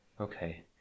Okay